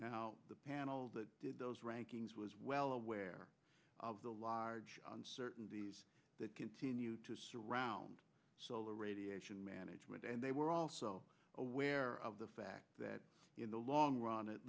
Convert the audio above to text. change the panel that did those rankings was well aware of the large uncertainties that continue to surround solar radiation management and they were also aware of the fat that in the long run at